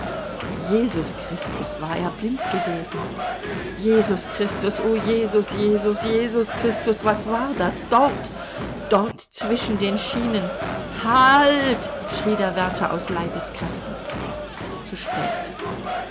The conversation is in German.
jesus christus war er blind gewesen jesus christus o jesus jesus jesus christus was war das dort dort zwischen den schienen ha alt schrie der wärter aus leibeskräften zu spät